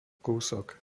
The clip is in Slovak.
kúsok